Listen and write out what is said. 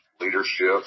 leadership